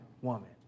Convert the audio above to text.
woman